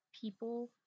people